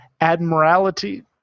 Admiralty